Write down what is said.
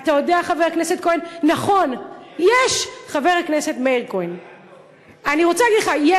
אתה יודע, חבר הכנסת כהן, נכון, יש,